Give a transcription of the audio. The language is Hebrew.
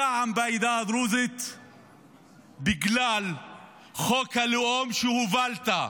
הזעם בעדה הדרוזית בגלל חוק הלאום שהובלת,